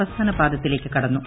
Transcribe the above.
അവസാന പാദത്തിലേക്ക് കടന്നു